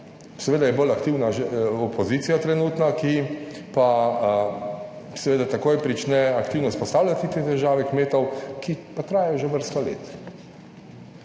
Seveda je bolj aktivna opozicija trenutna, ki pa seveda takoj prične aktivno izpostavljati te težave kmetov, ki pa trajajo že vrsto let.